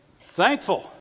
Thankful